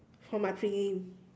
for my prelim